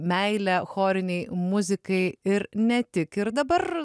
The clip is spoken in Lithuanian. meilę chorinei muzikai ir ne tik ir dabar